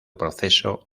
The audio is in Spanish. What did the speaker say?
proceso